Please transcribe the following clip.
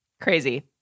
crazy